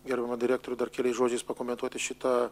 gerbiamą direktorių dar keliais žodžiais pakomentuoti šitą